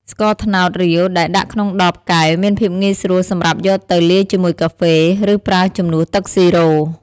ស្ករត្នោតរាវដែលដាក់ក្នុងដបកែវ មានភាពងាយស្រួលសម្រាប់យកទៅលាយជាមួយកាហ្វេ ឬប្រើជំនួសទឹកស៊ីរ៉ូ។